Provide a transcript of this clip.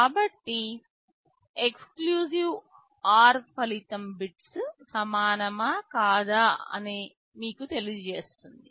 కాబట్టి exclusive OR ఫలితం bits సమానమా కాదా అని మీకు తెలియజేస్తుంది